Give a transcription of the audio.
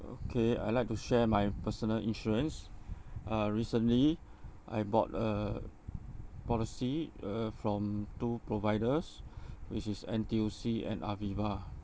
okay I'd like to share my personal insurance uh recently I bought a policy uh from two providers which is N_T_U_C and aviva